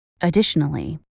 Additionally